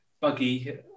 buggy